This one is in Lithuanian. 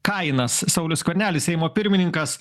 kainas saulius skvernelis seimo pirmininkas